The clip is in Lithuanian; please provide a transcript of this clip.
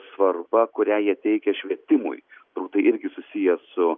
svarba kurią jie teikia švietimui turbūt tai irgi susiję su